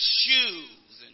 shoes